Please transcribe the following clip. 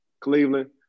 Cleveland